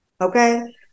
okay